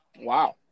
Wow